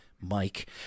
Mike